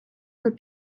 for